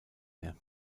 mehr